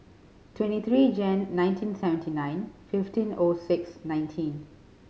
twenty three Jan nineteen seventy nine fifteen O six nineteen